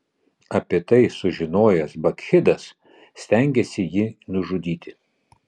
apie tai sužinojęs bakchidas stengėsi jį nužudyti